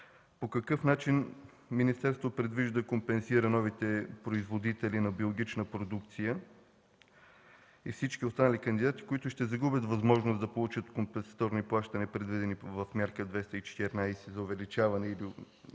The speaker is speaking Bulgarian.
По какъв начин министерството предвижда да компенсира новите производители на биологична продукция и всички останали кандидати, които ще загубят възможност да получат компенсаторни плащания, предвидени в Мярка 214 за увеличени площи и/или